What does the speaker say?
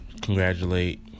congratulate